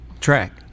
Track